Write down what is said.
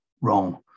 wrong